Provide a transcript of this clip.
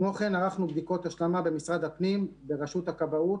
כמו כן ערכנו בדיקות השלמה במשרד הפנים ברשות הכבאות,